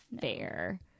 fair